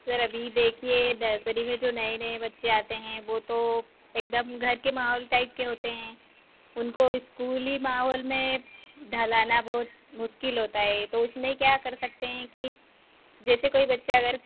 sir अभी देखिए nursery में जो नए नए बच्चे आते हैं वह तो एक दम घर के माहौल टाइप के होते हैं उनको स्कूली माहौल में ढलाना बहुत मुश्किल होता है तो उसमें क्या कर सकते हैं कि जैसे कोई बच्चा अगर